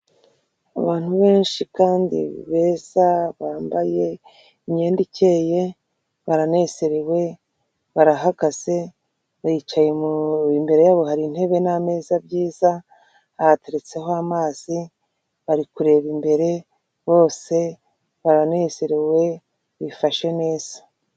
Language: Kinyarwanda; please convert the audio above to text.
Abantu benshi kandi beza bambaye imyenda ikeye, baranezerewe, barahagaze bicaye imbere yabo hari intebe n'ameza byiza, bahateretseho amazi bari kureba imbere bose, baranezerewe bifashe neza.